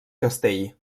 castell